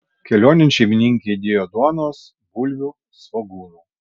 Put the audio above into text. kelionėn šeimininkė įdėjo duonos bulvių svogūnų